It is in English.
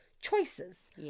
choices